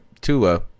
Tua